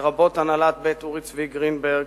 לרבות הנהלת בית אורי צבי גרינברג,